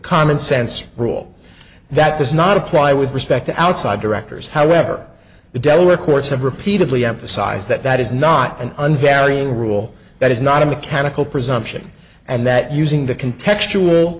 common sense rule that does not apply with respect to outside directors however the dental records have repeatedly emphasized that that is not an unvarying rule that is not a mechanical presumption and that using the can textual